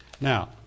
Now